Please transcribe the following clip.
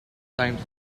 times